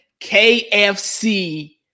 KFC